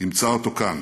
ימצא אותו כאן: